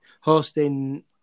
hosting